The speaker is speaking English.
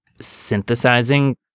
synthesizing